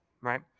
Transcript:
right